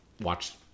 watch